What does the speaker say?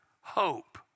hope